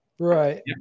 Right